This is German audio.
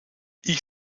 ich